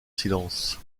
silence